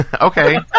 Okay